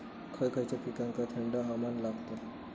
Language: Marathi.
खय खयच्या पिकांका थंड हवामान लागतं?